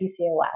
PCOS